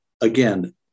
Again